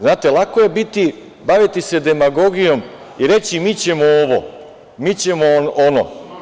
Znate, lako je baviti se demagogijom i reći – mi ćemo ovo, mi ćemo ono.